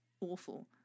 awful